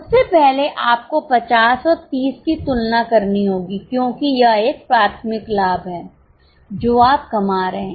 सबसे पहले आपको 50 और 30 की तुलना करनी होगी क्योंकि यह एक प्राथमिक लाभ है जो आप कमा रहे हैं